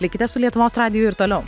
likite su lietuvos radiju ir toliau